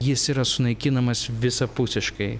jis yra sunaikinamas visapusiškai